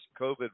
COVID